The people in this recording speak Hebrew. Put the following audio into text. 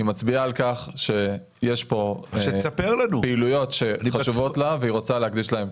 היא מצביעה על כך שיש פעילויות שחשובות לה והיא רוצה להקדיש להן.